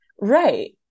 right